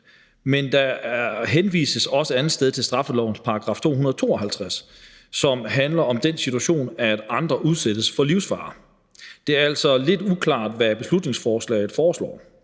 men der henvises også andetsteds til straffelovens § 252, som handler om den situation, at andre udsættes for livsfare. Det er altså lidt uklart, hvad man med beslutningsforslaget foreslår.